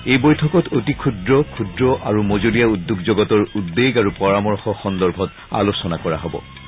এই বৈঠকত অতি ক্ষুদ্ৰ ক্ষুদ্ৰ আৰু মজলীয়া উদ্যোগ জগতৰ উদ্ৰেগ আৰু পৰামৰ্শ সন্দৰ্ভত আলোচনা কৰা হ'ব